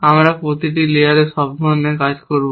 আমরা প্রতিটি লেয়ারে সব ধরনের কাজ করব